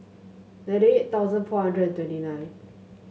ninety eight thousand four hundred and twenty nine